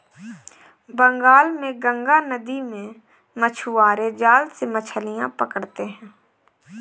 बंगाल में गंगा नदी में मछुआरे जाल से मछलियां पकड़ते हैं